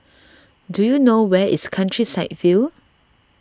do you know where is Countryside View